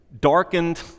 darkened